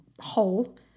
hole